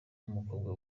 n’umukobwa